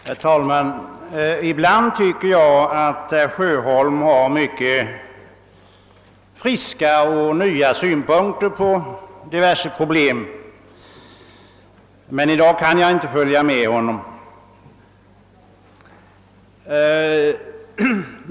Herr talman! Ibland tycker jag att herr Sjöholm har mycket friska och nya synpunkter på olika problem men i dag kan jag inte följa honom.